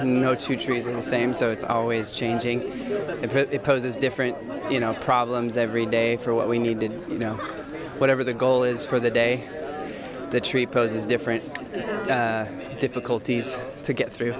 no two trees are the same so it's always changing but it poses different you know problems every day for what we need to do you know whatever the goal is for the day the tree poses different difficulties to get through